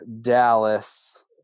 Dallas